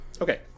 okay